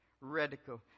Radical